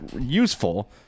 useful